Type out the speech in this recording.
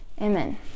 Amen